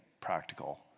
practical